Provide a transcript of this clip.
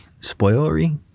Spoilery